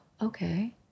okay